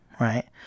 right